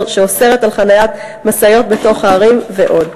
שאוסרים חניית משאיות בתוך הערים ועוד.